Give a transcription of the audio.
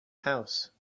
house